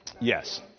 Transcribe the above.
Yes